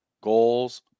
Goals